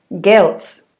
guilt